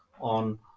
on